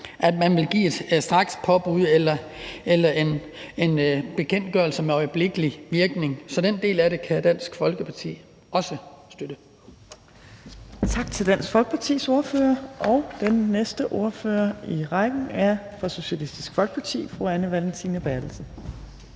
at man vil give et strakspåbud eller udstede en bekendtgørelse med øjeblikkelig virkning. Så den del af det kan Dansk Folkeparti også støtte.